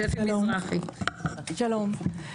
שלום.